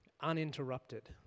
uninterrupted